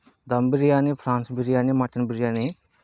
dum biryani prawns biryani mutton biryani